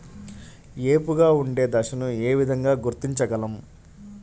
ఏపుగా ఉండే దశను ఏ విధంగా గుర్తించగలం?